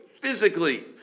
physically